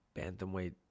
Bantamweight